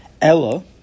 Ella